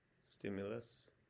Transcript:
stimulus